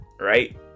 right